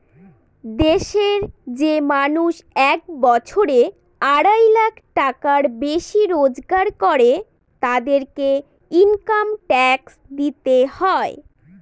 দেশের যে মানুষ এক বছরে আড়াই লাখ টাকার বেশি রোজগার করে, তাদেরকে ইনকাম ট্যাক্স দিতে হয়